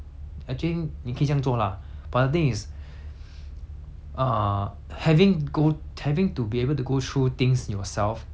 err having go having to be able to go through things yourself helps you to experience things first hand